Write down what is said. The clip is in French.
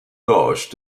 gauche